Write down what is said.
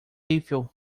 eiffel